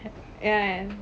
ya